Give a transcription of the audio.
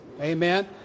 Amen